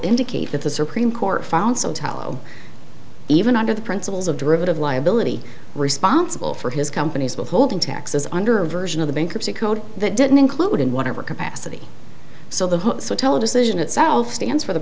indicate that the supreme court found some tallow even under the principles of derivative liability responsible for his company's beholding taxes under a version of the bankruptcy code that didn't include in whatever capacity so the hotel decision itself stands for the